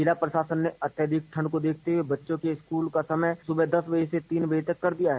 जिला प्रशासन ने अत्यधिक ठंड को देखते हुए बच्चों के स्कूल का समय सुबह दस बजे से तीन बजे तक कर दिया है